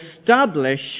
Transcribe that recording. establish